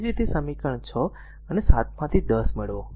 એ જ રીતે સમીકરણ 6 અને 7 માંથી 10 મેળવો